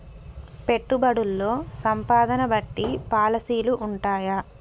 పెట్టుబడుల్లో సంపదను బట్టి పాలసీలు ఉంటయా?